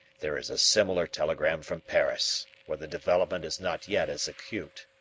there is a similar telegram from paris, where the development is not yet as acute.